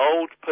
Old